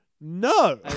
no